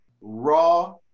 raw